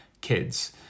kids